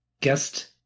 guest